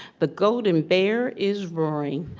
but golden bear is roaring.